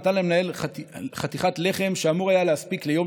נתן למנהל חתיכת לחם שאמור היה להספיק ליום